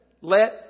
let